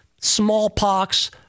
smallpox